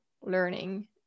learning